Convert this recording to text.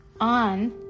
on